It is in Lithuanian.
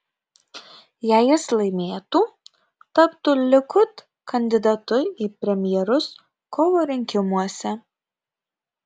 jei jis laimėtų taptų likud kandidatu į premjerus kovo rinkimuose